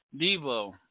Devo